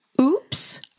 oops